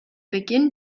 beginn